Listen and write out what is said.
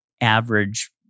average